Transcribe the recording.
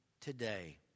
today